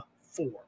Four